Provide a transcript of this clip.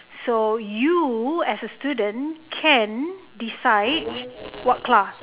so you as a student can decide what class